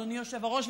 אדוני היושב-ראש.